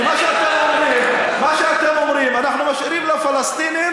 כי מה שאתם אומרים: אנחנו משאירים לפלסטינים